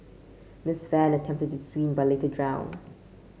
Miss Fan attempted to swim but later drowned